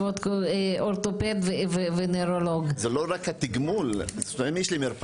שייקחו על עצמם את כל --- מה דעתך על אשפוז יום והאם יש מענה בפריפריה?